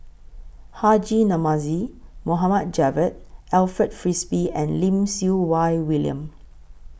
Haji Namazie Mohd Javad Alfred Frisby and Lim Siew Wai William